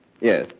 yes